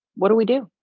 what do we do?